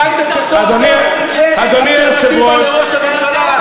הבנתם שסוף-סוף יש אלטרנטיבה לראש הממשלה?